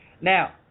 Now